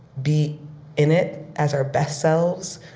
be in it as our best selves,